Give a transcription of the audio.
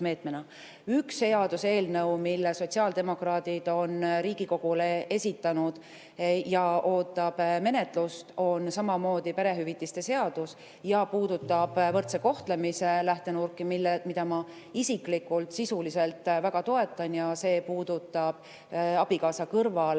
seaduseelnõu, mille sotsiaaldemokraadid on Riigikogule esitanud ja mis ootab menetlust, on samamoodi perehüvitiste seadus ja see puudutab võrdse kohtlemise lähtenurki, mida ma isiklikult sisuliselt väga toetan. See puudutab abikaasa kõrval